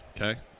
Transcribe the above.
Okay